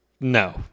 No